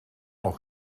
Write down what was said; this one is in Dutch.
nog